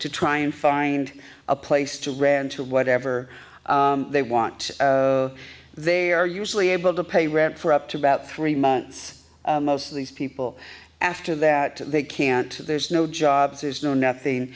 to try and find a place to rant to whatever they want they are usually able to pay rent for up to about three months most of these people after that they can't there's no jobs there's no nothing